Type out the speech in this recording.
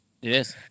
Yes